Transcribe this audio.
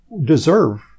deserve